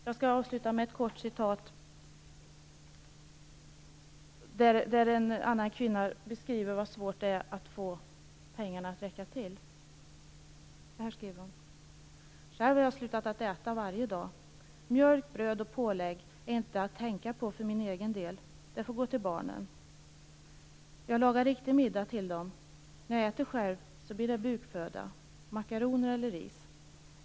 Jag skall avsluta med ett kort stycke där en annan kvinna beskriver hur svårt det är att få pengarna att räcka till: Själv har jag slutat att äta varje dag. Mjölk, bröd och pålägg är inte att tänka på för min egen del, det får gå till barnen. Jag lagar riktig middag till dem. När jag äter själv blir det bukföda. Makaroner eller ris.